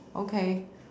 okay